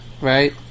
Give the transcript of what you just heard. right